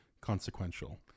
consequential